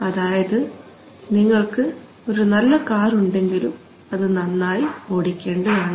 അതായത് നിങ്ങൾക്ക് ഒരു നല്ല കാർ ഉണ്ടെങ്കിലും അത് നന്നായി ഓടിക്കേണ്ടതാണ്